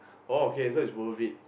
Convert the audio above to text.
oh okay so it's worth it